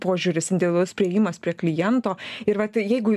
požiūris individualus priėjimas prie kliento ir vat jeigu